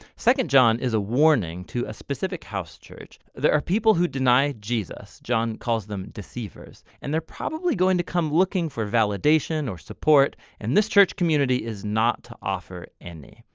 second john is a warning to a specific house church. there are people who deny jesus john calls them deceivers and they're probably going to come looking for validation or support and this church community is not to offer any.